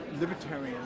libertarian